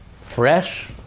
Fresh